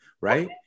right